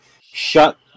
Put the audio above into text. Shut